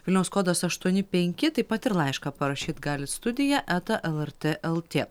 vilniaus kodas aštuoni penki taip pat ir laišką parašyt gali studija eta lrt lt